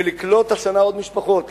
ולקלוט השנה עוד משפחות,